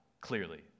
clearly